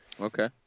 Okay